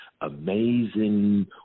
amazing